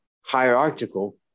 hierarchical